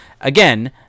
again